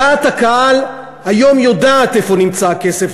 דעת הקהל היום יודעת איפה נמצא הכסף.